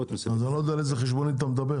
אז אני לא יודע על איזו חשבונית אתה מדבר.